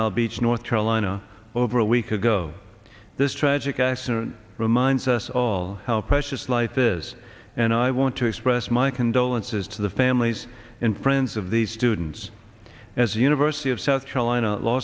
isle beach north carolina over a week ago this tragic accident reminds us all how precious life is and i want to express my condolences to the families in friends of the students as university of south carolina law